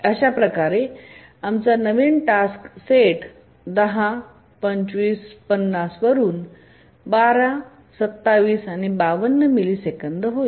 अशाप्रकारे आमचा नवीन टास्क सेट 10 25 आणि 50 वरून 12 27 आणि 52 मिली सेकंद होईल